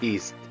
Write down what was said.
East